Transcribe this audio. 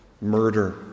murder